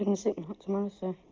and and sick note tomorrow, sir.